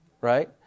right